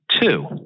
Two